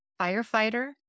firefighter